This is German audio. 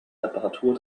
reparatur